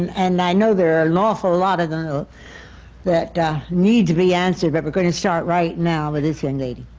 and i know there are an awful lot of them that need to be answered, but we're going to start right now with this young lady.